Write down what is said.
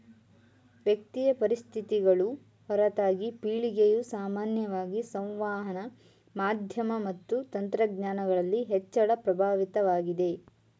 ವ್ಯಕ್ತಿಯ ಪರಿಸ್ಥಿತಿಗಳು ಹೊರತಾಗಿ ಪೀಳಿಗೆಯು ಸಾಮಾನ್ಯವಾಗಿ ಸಂವಹನ ಮಾಧ್ಯಮ ಮತ್ತು ತಂತ್ರಜ್ಞಾನಗಳಲ್ಲಿ ಹೆಚ್ಚಳ ಪ್ರಭಾವಿತವಾಗಿದೆ